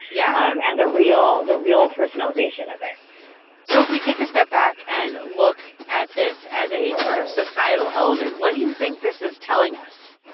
yeah um and the real the real personalization of it so if we take a step back and look at this as a sort of societal element, what do you think this is telling us?